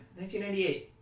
1998